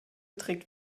trägt